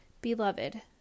Beloved